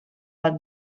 bat